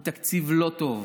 הוא תקציב לא טוב,